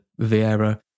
Vieira